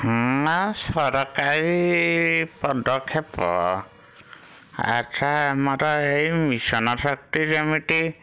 ହଁ ଆମ ସରକାରୀ ପଦକ୍ଷେପ ଆଚ୍ଛା ଆମର ଏଇ ମିଶନ ଶକ୍ତି ଯେମିତି